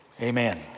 Amen